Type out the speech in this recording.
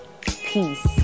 peace